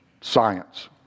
Science